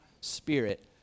spirit